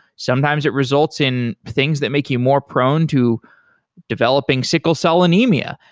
sometimes it results in things that make you more prone to developing sickle cell anemia.